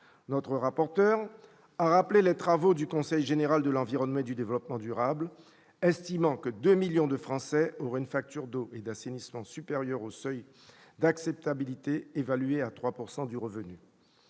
Notre rapporteur a rappelé les travaux du Conseil général de l'environnement et du développement durable évaluant à deux millions le nombre de Français qui auraient une facture d'eau et d'assainissement supérieure au seuil d'acceptabilité, estimé à 3 % du revenu.